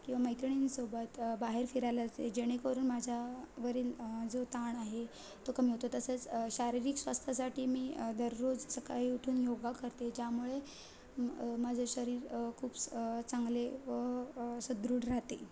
किंवा मैत्रिणींसोबत बाहेर फिरायला जाते जेणेकरून माझ्यावरील जो ताण आहे तो कमी होतो तसंच शारीरिक स्वास्थासाठी मी दररोज सकाळी उठून योगा करते ज्यामुळे माझं शरीर खूप चांगले व सुदृढ राहते